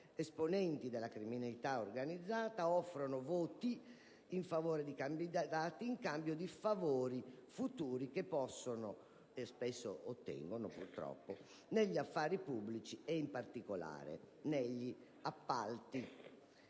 esponenti della criminalità organizzata offrono voti in favore di candidati, in cambio di favori futuri che possono ottenere - e spesso ottengono, purtroppo - negli affari pubblici, in particolare negli appalti.